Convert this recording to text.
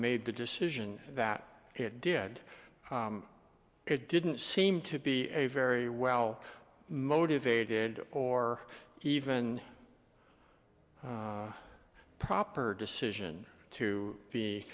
made the decision that it did it didn't seem to be a very well motivated or even proper decision to be